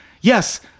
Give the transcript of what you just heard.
yes